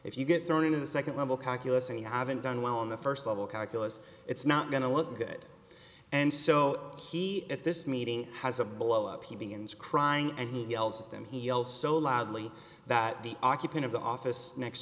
if you get thrown into the second level calculus and you haven't done well on the first level calculus it's not going to look good and so he at this meeting has a blowup he begins crying and he yells at them he yells so loudly that the occupant of the office next